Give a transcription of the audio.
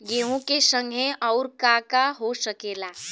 गेहूँ के संगे अउर का का हो सकेला?